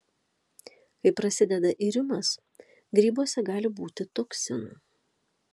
kai prasideda irimas grybuose gali būti toksinų